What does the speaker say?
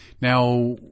Now